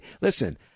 listen